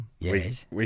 Yes